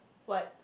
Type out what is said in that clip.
what